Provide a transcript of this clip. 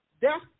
death